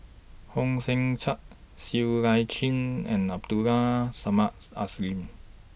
Hong Sek Chern Siow I Chin and Abdul Are Samad